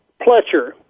Pletcher